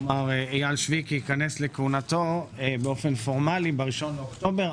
כלומר אייל שויקי ייכנס לכהונתו באופן פורמלי ב-1 באוקטובר,